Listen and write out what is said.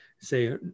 say